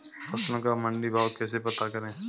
फसलों का मंडी भाव कैसे पता करें?